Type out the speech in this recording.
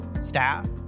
staff